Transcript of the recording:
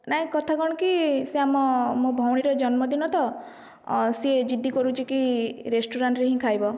ନାଇ କଥା କ'ଣ କି ସେ ଆମ ମୋ ଭଉଣୀର ଜନ୍ମ ଦିନ ତ ସିଏ ଜିଦି କରୁଚି କି ରେଷ୍ଟୁରାଣ୍ଟ୍ରେ ହିଁ ଖାଇବ